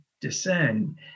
descend